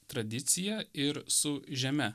tradicija ir su žeme